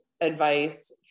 advice